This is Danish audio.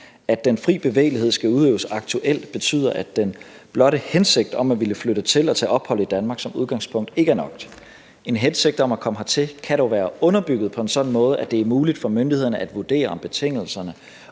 At den fri bevægelighed skal udøves aktuelt, betyder, at den blotte hensigt om at ville flytte til og tage ophold i Danmark som udgangspunkt ikke er nok. En hensigt om at komme hertil kan dog være underbygget på en sådan måde, at det er muligt for myndighederne at vurdere, om betingelserne